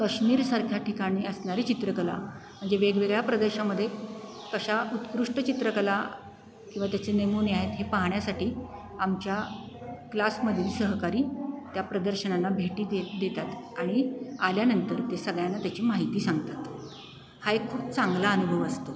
काश्मीरसारख्या ठिकाणी असणारी चित्रकला म्हणजे वेगवेगळ्या प्रदर्शनामध्ये तशा उत्कृष्ट चित्रकला किंवा त्याचे नमुने आहेत हे पाहण्यासाठी आमच्या क्लासमधील सहकारी त्या प्रदर्शनांना भेटी देत देतात आणि आल्यानंतर ते सगळ्यांना त्याची माहिती सांगतात हा एक खूप चांगला अनुभव असतो